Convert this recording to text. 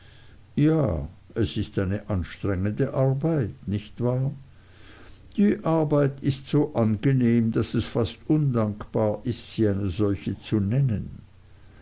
ja es ist eine anstrengende arbeit nicht wahr die arbeit ist so angenehm daß es fast undankbar ist sie eine solche zu nennen